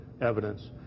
evidence